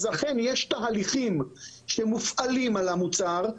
אכן יש תהליכים שמופעלים על המוצר,